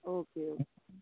okay